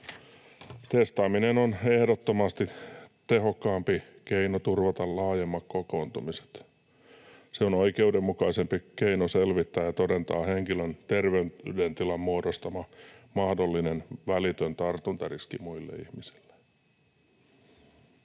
Testaaminen on ehdottomasti tehokkaampi keino turvata laajemmat kokoontumiset. Se on oikeudenmukaisempi keino selvittää ja todentaa henkilön terveydentilan muodostama mahdollinen välitön tartuntariski muille ihmisille.